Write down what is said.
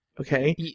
okay